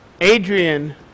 Adrian